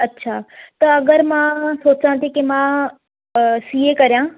अच्छा त अगरि मां सोचियां थी की मां सी ए करियां